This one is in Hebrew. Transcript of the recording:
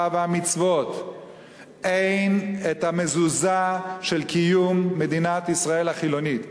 והמצוות אין המזוזה של קיום מדינת ישראל החילונית,